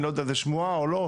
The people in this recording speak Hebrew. אני לא יודע אם זו שמועה או לא,